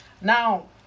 Now